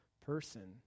person